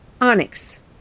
Onyx